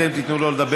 אתם תיתנו לו לדבר,